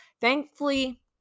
thankfully